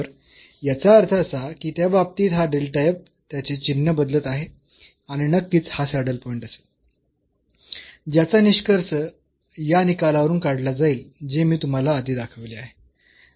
तर याचा अर्थ असा की त्या बाबतीत हा त्याचे चिन्ह बदलत आहे आणि नक्कीच हा सॅडल पॉईंट असेल ज्याचा निष्कर्ष या निकालावरून काढला जाईल जे मी तुम्हाला आधी दाखविले आहे